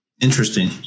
Interesting